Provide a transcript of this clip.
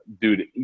dude